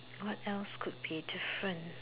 what else could be different